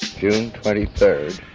june twenty third,